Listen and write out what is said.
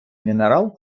мінерал